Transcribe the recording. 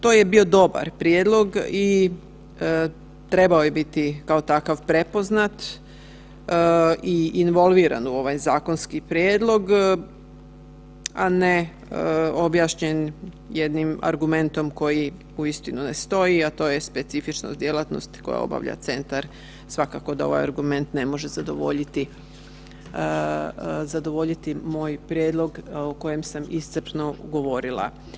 To je bio dobar prijedlog i trebao je biti kao takav prepoznat i involviran u ovaj zakonski prijedlog, a ne objašnjen jednim argumentom koji uistinu ne stoji, a to je specifičnost djelatnosti koji obavlja centar, svakako da ovaj argument ne može zadovoljiti, zadovoljiti moj prijedlog o kojem sam iscrpno govorila.